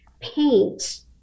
paint